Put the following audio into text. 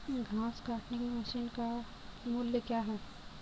घास काटने की मशीन का मूल्य क्या है?